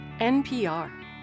NPR